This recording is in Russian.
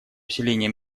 усиление